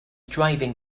driving